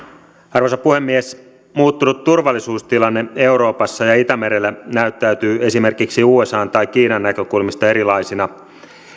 arvoisa puhemies muuttunut turvallisuustilanne euroopassa ja itämerellä näyttäytyy esimerkiksi usan tai kiinan näkökulmista erilaisena